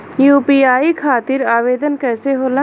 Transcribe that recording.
UPI खातिर आवेदन कैसे होला?